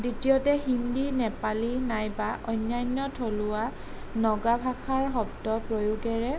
দ্বিতীয়তে হিন্দী নেপালী নাইবা অন্যান্য থলুৱা নগা ভাষাৰ শব্দৰ প্ৰয়োগেৰে